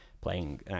playing